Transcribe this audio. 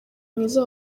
mwiza